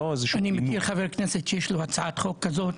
אני מכיר חבר כנסת שיש לו הצעת חוק כזאת,